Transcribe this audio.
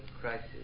crisis